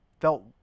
felt